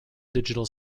digital